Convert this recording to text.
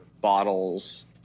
bottles